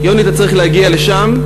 יוני, אתה צריך להגיע לשם.